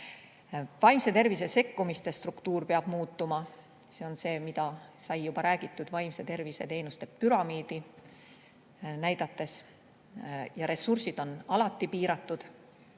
Vaimse tervise sekkumiste struktuur peab muutuma. See on see, mida sai juba räägitud vaimse tervise teenuste püramiidi näidates. Ja ressursid on alati piiratud